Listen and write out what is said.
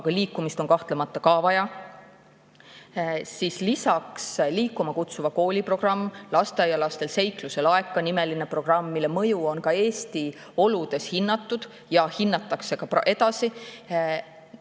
aga liikumist on kahtlemata ka vaja – on Liikuma Kutsuva Kooli programm, lasteaialastel on Seikluste Laeka nimeline programm, mille mõju on ka Eesti oludes hinnatud ja hinnatakse edasi.